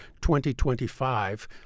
2025